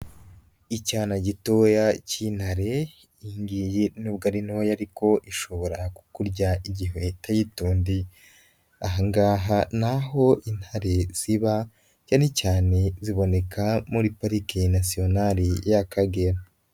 Icyana gitoya k'intare, iyi ngiyi nubwo ari ntoya ariko ishobora kukurya igihe utayitondeye. Aha ngaha ni aho intare ziba cyanecyane ziboneka muri parike nasiyonare y'Akagera.